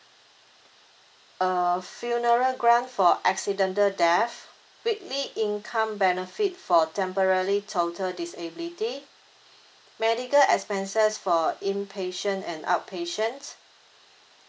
uh funeral grant for accidental death weekly income benefit for temporary total disability medical expenses for inpatient and outpatient